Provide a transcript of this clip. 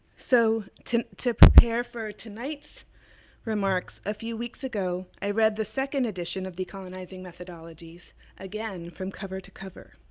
so, to to prepare for tonight's remarks, a few weeks ago, i read the second edition of decolonizing methodologies again from cover to cover.